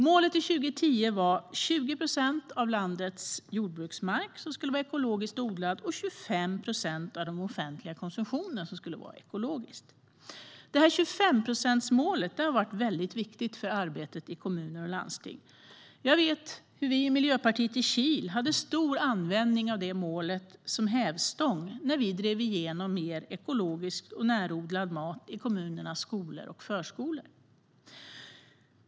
Målet till 2010 var att 20 procent av landets jordbruksmark skulle vara ekologiskt odlad och att 25 procent av den offentliga konsumtionen skulle vara ekologisk. 25procentsmålet har varit mycket viktigt för arbetet i kommuner och landsting. Vi i Miljöpartiet i Kil hade stor användning av det målet som hävstång när vi drev igenom mer ekologisk och närodlad mat i kommunens skolor och förskolor.